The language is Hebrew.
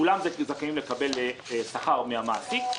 כולם זכאים לקבל שכר מהמעסיק,